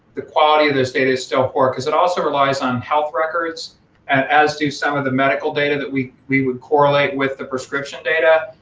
the quality of those data is still poor, cause it also relies on health records as do some of the medical data that we we would correlate with the prescription data,